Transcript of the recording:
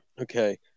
Okay